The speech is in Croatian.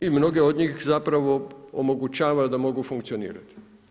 I mnoge od njih zapravo omogućava da mogu funkcionirati.